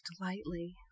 lightly